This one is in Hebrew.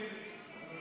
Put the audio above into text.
נא